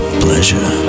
pleasure